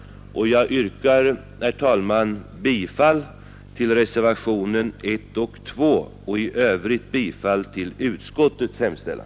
Jag yrkar, herr talman, bifall till reservationerna 1 och 2 samt i övrigt bifall till utskottets hemställan.